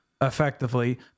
effectively